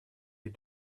you